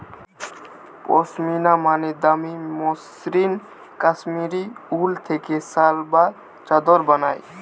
পশমিনা মানে দামি মসৃণ কাশ্মীরি উল থেকে শাল বা চাদর বানায়